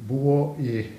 buvo į